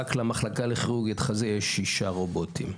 רק למחלקה לכירורגית חזה יש שישה רובוטים.